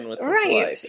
right